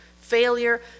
failure